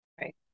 Right